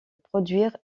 produire